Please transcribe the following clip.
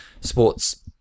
sports